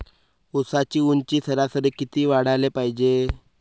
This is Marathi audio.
ऊसाची ऊंची सरासरी किती वाढाले पायजे?